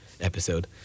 episode